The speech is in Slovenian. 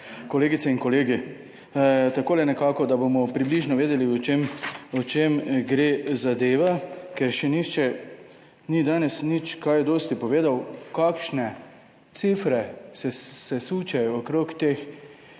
kolegice in kolegi! Takole nekako, da bomo približno vedeli, o čem, o čem gre zadeva, ker še nihče ni danes nič kaj dosti povedal, kakšne cifre se sučejo okrog teh